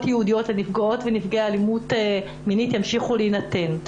ייעודיות לנפגעי ונפגעות אלימות מינית ימשיכו להינתן.